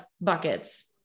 buckets